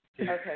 Okay